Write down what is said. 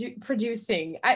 producing